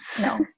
No